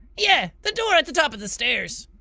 yeah the door at the top of the stairs.